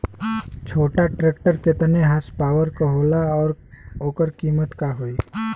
छोटा ट्रेक्टर केतने हॉर्सपावर के होला और ओकर कीमत का होई?